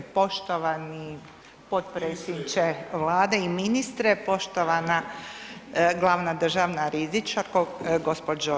Poštovani potpredsjedniče Vlade i ministre, poštovana glavna državna rizničkarko, gđo.